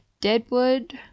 deadwood